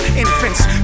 infants